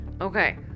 okay